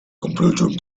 completing